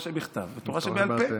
תורה שבכתב ותורה שבעל פה.